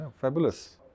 Fabulous